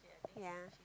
yeah